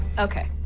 ok.